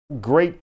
great